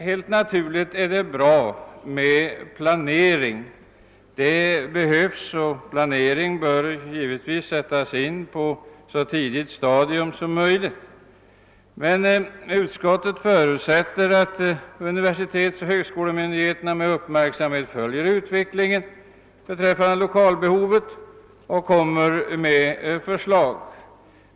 Helt naturligt är det bra med planering och den bör givetvis sättas in på ett så tidigt stadium som möjligt. Men utskottet förutsätter att universitetsoch högskolemyndigheterna med uppmärksamhet följer utvecklingen beträffande lokalbehovet och framlägger förslag.